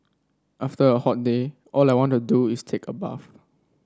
after a hot day all I want to do is take a bath